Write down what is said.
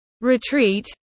retreat